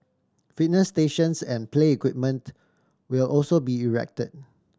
fitness stations and play equipment will also be erected